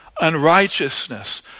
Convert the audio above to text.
unrighteousness